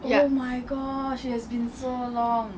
yup